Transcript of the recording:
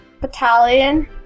Battalion